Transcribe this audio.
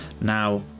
Now